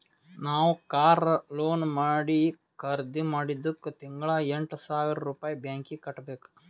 ನಾವ್ car loan ಮಾಡಿ ಖರ್ದಿ ಮಾಡಿದ್ದುಕ್ ತಿಂಗಳಾ ಎಂಟ್ ಸಾವಿರ್ ರುಪಾಯಿ ಬ್ಯಾಂಕೀಗಿ ಕಟ್ಟಬೇಕ್